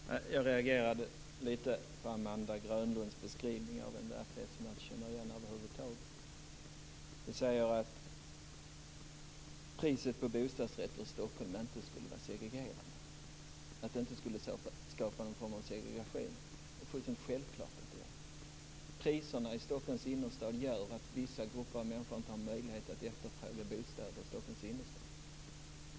Fru talman! Jag reagerade lite grann på Amanda Grönlunds beskrivning av en verklighet som jag inte känner igen över huvud taget. Du säger att priset på bostadsrätter i Stockholm inte skulle skapa någon form av segregation. Det är fullständigt självklart att det gör det. Priserna i Stockholms innerstad gör att vissa grupper av människor inte har möjlighet att efterfråga bostäder i Stockholms innerstad.